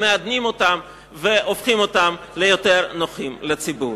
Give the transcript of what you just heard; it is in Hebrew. מעדנים אותן והופכים אותן יותר נוחות לציבור.